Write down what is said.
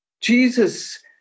Jesus